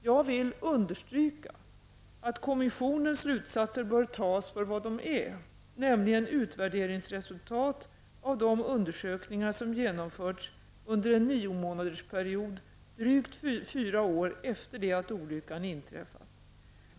Jag vill understryka att kommissionens slutsatser bör tas för vad de är, nämligen utvärderingsresultatet av de undersökningar som genomförts under en niomånadersperiod drygt fyra år efter det att olyckan inträffat.